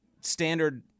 standard